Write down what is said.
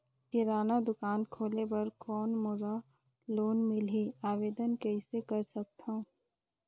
किराना दुकान खोले बर कौन मोला लोन मिलही? आवेदन कइसे कर सकथव?